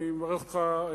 אני מברך אותך,